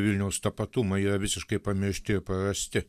vilniaus tapatumai yra visiškai pamiršti prarasti